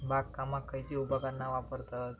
बागकामाक खयची उपकरणा वापरतत?